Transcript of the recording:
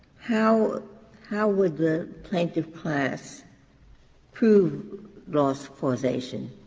how how would the plaintiff class prove loss causation?